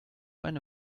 eine